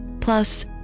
plus